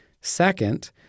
Second